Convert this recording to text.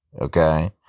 okay